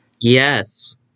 yes